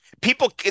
People